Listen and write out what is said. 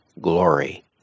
glory